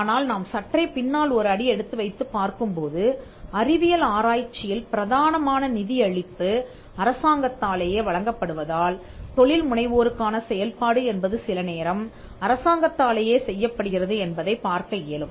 ஆனால் நாம் சற்றே பின்னால் ஒரு அடி எடுத்து வைத்துப் பார்க்கும் போது அறிவியல் ஆராய்ச்சியில் பிரதானமான நிதியளிப்பு அரசாங்கத்தாலேயே வழங்கப்படுவதால் தொழில் முனைவோருக்கான செயல்பாடு என்பது சில நேரம் அரசாங்கத்தாலேயே செய்யப்படுகிறது என்பதைப் பார்க்க இயலும்